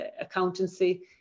accountancy